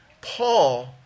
Paul